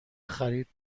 خرید